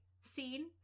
scene